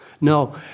No